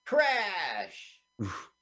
Crash